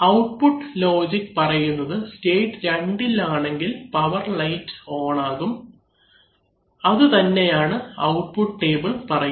output logic പറയുന്നത് state 2ഇൽ ആണെങ്കിൽ പവർ ലൈറ്റ് ഓൺ ആകണം ഇതുതന്നെയാണു ഔട്ട്പുട്ട് ടേബിൾ പറയുന്നത്